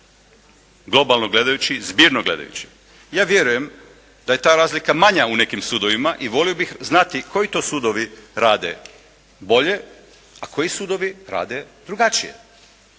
Globalno gledajući i zbirno gledajući. Ja vjerujem da je ta razlika manja u nekim sudovima i volio bih znati koji to sudovi rade bolje, a koji sudovi rade drugačije.